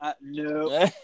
No